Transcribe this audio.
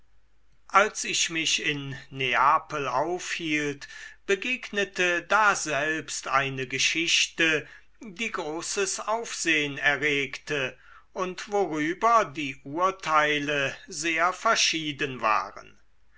als ich mich in neapel aufhielt begegnete daselbst eine geschichte die großes aufsehen erregte und worüber die urteile sehr verschieden waren